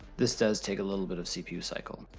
this does take a little bit of cpu cycle.